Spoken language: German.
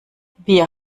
wir